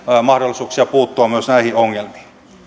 mahdollisuuksia puuttua myös näihin ongelmiin